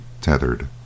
tethered